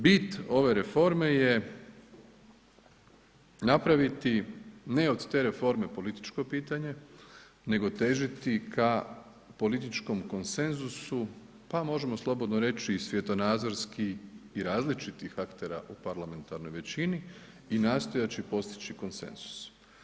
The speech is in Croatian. Bit ove reforme je napraviti ne od te reforme političko pitanje nego težiti ka političkom konsenzusu, pa možemo slobodno reći i svjetonazorski i različitih aktera u parlamentarnoj većini i nastojeći postići konsenzus.